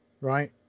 Right